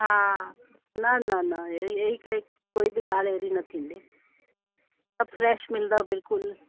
हा न न न अहिड़ी अहिड़ी के कोई बि ॻाल्हि अहिड़ी न थींदी सभु फ़्रेश मिलंदव बिल्कुलु